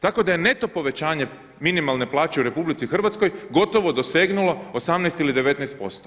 Tako da je neto povećanje minimalne plaće u RH gotovo dosegnulo 18 ili 19%